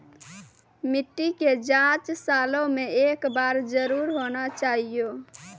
मिट्टी के जाँच सालों मे एक बार जरूर होना चाहियो?